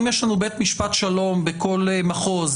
אם יש לנו בית משפט שלום בכל מחוז,